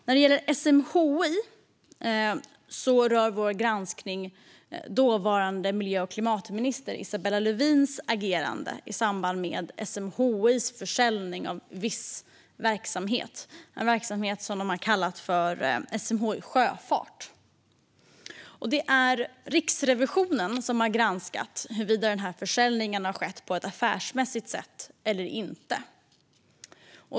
När det gäller SMHI rör vår granskning dåvarande miljö och klimatminister Isabella Lövins agerande i samband med SMHI:s försäljning av viss verksamhet, en verksamhet som har kallats SMHI Sjöfart. Det är Riksrevisionen som har granskat huruvida denna försäljning har skett på ett affärsmässigt sätt eller inte.